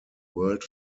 world